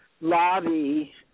lobby